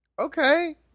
Okay